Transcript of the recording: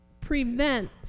prevent